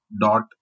dot